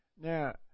Now